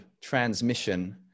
transmission